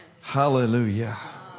hallelujah